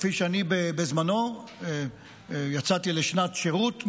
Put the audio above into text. כפי שאני בזמנו יצאתי לשנת שירות,